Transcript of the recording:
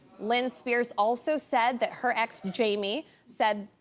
lynn spears also said that her ex jamie said,